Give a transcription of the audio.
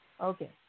Okay